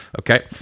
okay